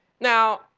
Now